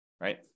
right